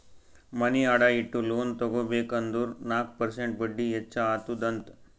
ಮನಿ ಅಡಾ ಇಟ್ಟು ಲೋನ್ ತಗೋಬೇಕ್ ಅಂದುರ್ ನಾಕ್ ಪರ್ಸೆಂಟ್ ಬಡ್ಡಿ ಹೆಚ್ಚ ಅತ್ತುದ್ ಅಂತ್